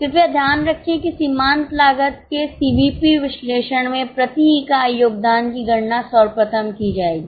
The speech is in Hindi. कृपया ध्यान रखें कि सीमांत लागत के सीवीपी विश्लेषण में प्रति इकाई योगदान की गणना सर्वप्रथम की जाएगी